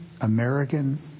American